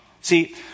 See